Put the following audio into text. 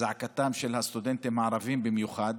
את זעקתם של הסטודנטים הערבים במיוחד.